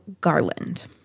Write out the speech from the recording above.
Garland